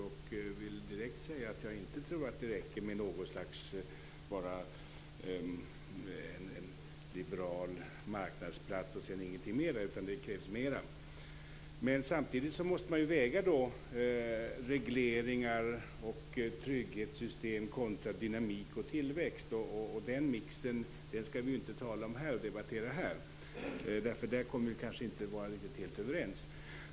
Jag tror inte att det räcker med en liberal marknadsplats och inget mer. Det krävs mer. Samtidigt måste man väga regleringar och trygghetssystem kontra dynamik och tillväxt. Vi skall inte debattera den mixen här. Där kommer vi inte att vara helt överens.